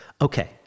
Okay